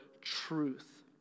truth